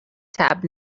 tab